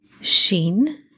Shin